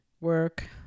work